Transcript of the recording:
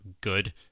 good